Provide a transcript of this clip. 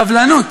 סבלנות.